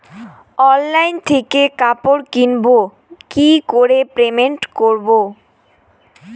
Online থেকে কাপড় কিনবো কি করে পেমেন্ট করবো?